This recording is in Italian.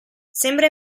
sembra